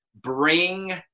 bring